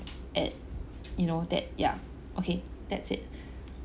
at you know that yeah okay that's it